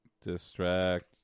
distract